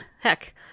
heck